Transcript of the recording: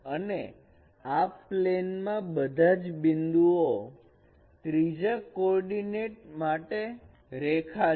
અને આ પ્લેન માં બધા જ બિંદુઓ ત્રીજા કોઓર્ડીનેટ માટે રેખા છે